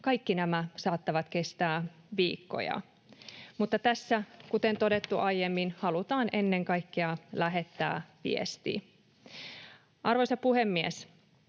kaikki nämä saattavat kestää viikkoja. Mutta tässä, kuten todettua aiemmin, halutaan ennen kaikkea lähettää viesti. Arvoisa puhemies!